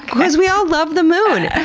because we all love the moon!